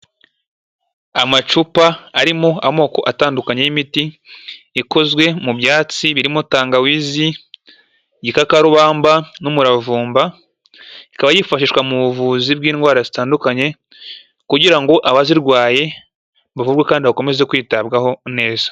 Amacupa arimo amoko atandukanye y'imiti, ikozwe mu byatsi birimo tangawizi, igikakarubamba n'umuravumba, ikaba yifashishwa mu buvuzi bw'indwara zitandukanye, kugira ngo abazirwaye bavurwe kandi bakomeze kwitabwaho neza.